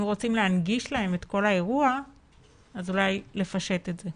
אם רוצים להנגיש להם את כל האירוע אז אולי לפשט את זה.